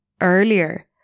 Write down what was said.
earlier